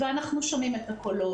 אנחנו שומעים את הקולות.